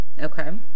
Okay